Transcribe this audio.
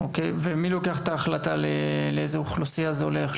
מי לוקח החלטה לאיזו אוכלוסייה זה הולך,